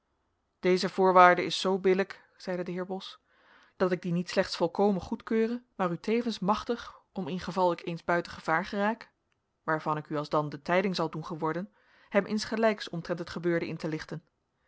deze voorwaarde is zoo billijk zeide de heer bos dat ik die niet slechts volkomen goedkeure maar u tevens machtig om ingeval ik eens buiten gevaar geraak waarvan ik u alsdan de tijding zal doen geworden hem insgelijks omtrent het gebeurde in te lichten